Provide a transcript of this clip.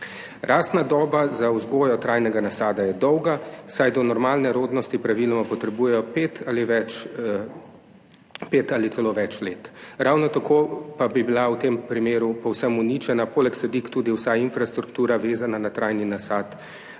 Rastna doba za vzgojo trajnega nasada je dolga, saj do normalne rodnosti praviloma potrebujejo pet ali celo več let, ravno tako pa bi bila v tem primeru povsem uničena poleg sadik tudi vsa infrastruktura, vezana na trajni nasad,